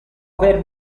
aver